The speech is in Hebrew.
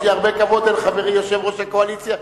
יש לי הרבה כבוד אל חברי יושב-ראש הקואליציה.